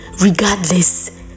regardless